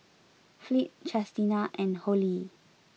Fleet Chestina and Hollie